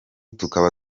tukaba